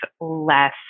less